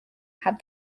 had